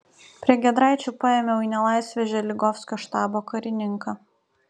prie giedraičių paėmiau į nelaisvę želigovskio štabo karininką